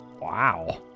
Wow